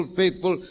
faithful